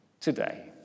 today